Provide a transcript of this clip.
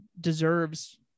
deserves